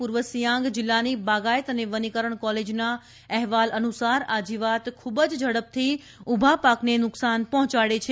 પૂર્વ સિયાંગ જિલ્લાની બાગાયત અને વનીકરણ કોલેજના અહેવાલ અનુસાર આ જીવાત ખૂબ જ ઝડપથી ઉભા પાકને નુકસાન પહોંચાડે છે